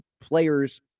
players